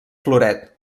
floret